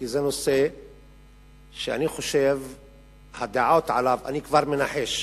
כי אני כבר מנחש